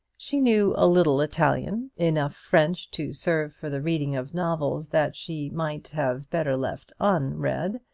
she knew a little italian, enough french to serve for the reading of novels that she might have better left unread,